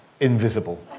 invisible